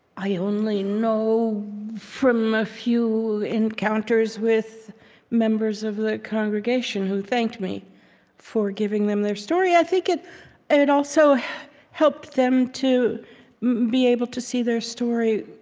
i only know from a few encounters with members of the congregation who thanked me for giving them their story. i think it it also helped them to be able to see their story,